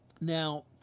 Now